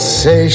say